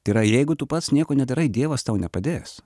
tai yra jeigu tu pats nieko nedarai dievas tau nepadės